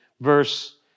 Verse